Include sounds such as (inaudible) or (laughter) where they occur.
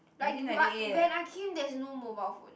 like (noise) when I came there's no mobile phone